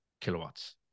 kilowatts